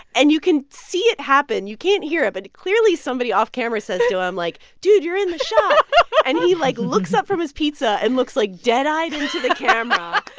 and you can see it happen. you can't hear it. but clearly, somebody off camera says to him, like, dude, you're in the shot and he, like, looks up from his pizza and looks, like, dead-eyed into the camera, um ah